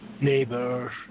neighbors